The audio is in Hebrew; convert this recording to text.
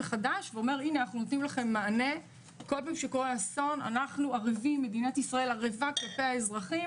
מחדש ונותן מענה לפיו המדינה ערבה כלפי האזרחים